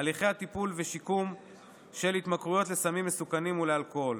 הליכי טיפול ושיקום של התמכרויות לסמים ולאלכוהול,